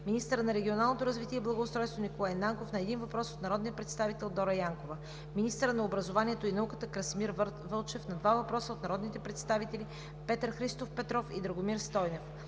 министърът на регионалното развитие и благоустройството Николай Нанков – на един въпрос от народния представител Дора Янкова; - министърът на образованието и науката Красимир Вълчев – на два въпроса от народните представители Петър Христов Петров, и Драгомир Стойнев.